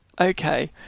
Okay